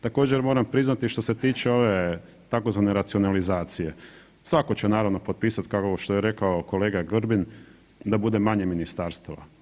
Također moram priznati što se tiče ove tzv. racionalizacije, svako će naravno potpisat, kao što je rekao kolega Grbin da bude manje ministarstava.